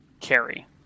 carry